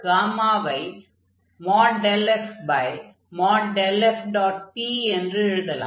p என்று எழுதலாம்